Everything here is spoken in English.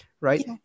right